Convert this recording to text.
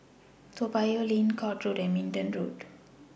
Toa Payoh Lane Court Road and Minden Road